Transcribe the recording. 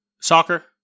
Soccer